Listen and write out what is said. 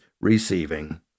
receiving